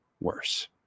worse